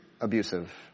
abusive